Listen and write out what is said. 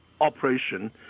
operation